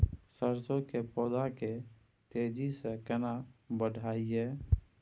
सरसो के पौधा के तेजी से केना बढईये?